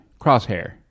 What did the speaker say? Crosshair